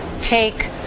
take